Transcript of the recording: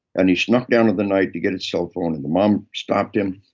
and he snuck down in the night to get his cell phone, and the mom stopped him.